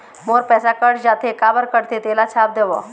मोर पैसा कट जाथे काबर कटथे तेला छाप देव?